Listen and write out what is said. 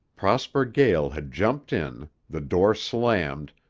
prosper gael had jumped in, the door slammed,